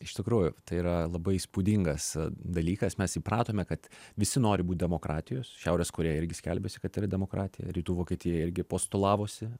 iš tikrųjų tai yra labai įspūdingas dalykas mes įpratome kad visi nori būt demokratijos šiaurės korėja irgi skelbiasi kad yra demokratija rytų vokietija irgi postulavosi